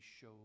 show